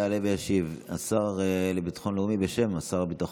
יעלה וישיב השר לביטחון לאומי בשם שר הביטחון,